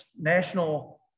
National